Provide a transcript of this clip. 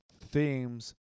Themes